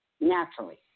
naturally